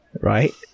Right